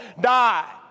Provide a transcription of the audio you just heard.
die